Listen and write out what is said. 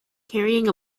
carrying